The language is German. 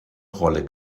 rolle